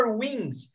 wings